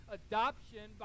adoption